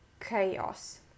chaos